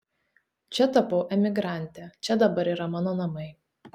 čia tapau emigrante čia dabar yra mano namai